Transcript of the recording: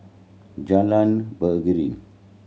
Jalan Beringin